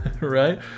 right